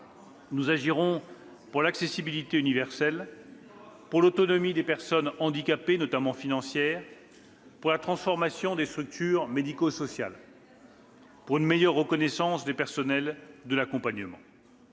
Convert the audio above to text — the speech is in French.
Nous agirons pour l'accessibilité universelle, pour l'autonomie des personnes handicapées, notamment financière, pour la transformation des structures médico-sociales, pour une meilleure reconnaissance des personnels de l'accompagnement.